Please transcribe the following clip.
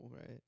right